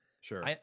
Sure